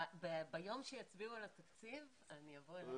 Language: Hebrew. ביום שיצביעו על התקציב אני אבוא אליך.